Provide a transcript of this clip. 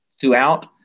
throughout